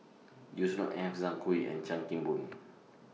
Yusnor Ef Zhang Hui and Chan Kim Boon